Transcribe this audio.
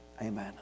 Amen